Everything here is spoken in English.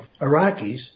Iraqis